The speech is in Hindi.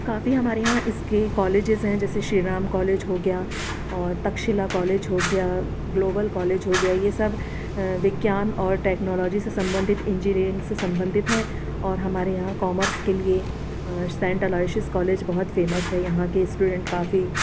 काफ़ी हमारे यहाँ इसके कॉलेजेस हैं जैसे श्री राम कॉलेज हो गया और तक्षशिला कॉलेज हो गया ग्लोबल कॉलेज हो गया ये सब विज्ञान और टेक्नोलॉजी से संबंधित इंजीनियरिंग से संबंधित हैं और हमारे यहाँ कॉमर्स के लिए सैंट अलोयशिस कॉलेज बहुत फ़ेमस है यहाँ के स्टूडेंट काफ़ी